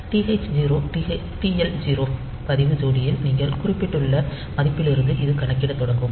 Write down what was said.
TH0 TL0 பதிவு ஜோடியில் நீங்கள் குறிப்பிட்டுள்ள மதிப்பிலிருந்து இது கணக்கிடத் தொடங்கும்